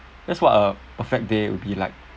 that's what a perfect day would be like